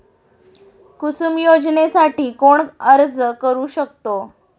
कुसुम योजनेसाठी कोण अर्ज करू शकतो?